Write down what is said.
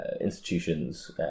institutions